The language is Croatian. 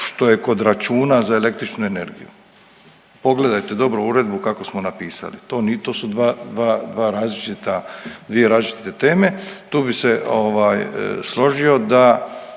što je kod računa za električnu energiju. Pogledajte dobro uredbu kako smo napisali. To ni, to su dva, dva različita, dvije različite teme. Tu bi se ovaj, složio da